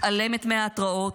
מתעלמת מההתרעות,